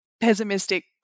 pessimistic